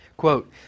Quote